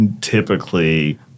typically